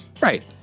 Right